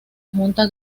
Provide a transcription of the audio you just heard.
junta